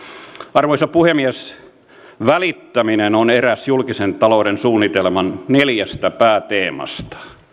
arvoisa puhemies välittäminen on eräs julkisen talouden suunnitelman neljästä pääteemasta